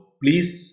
please